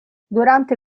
durante